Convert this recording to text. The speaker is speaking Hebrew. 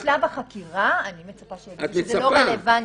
בשלב החקירה אני מצפה שהוא יגיד שזה לא רלוונטי.